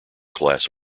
class